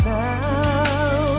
now